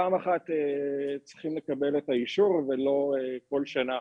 פעם אחת צריכים לקבל את האישור ולא כל שנה.